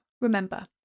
remember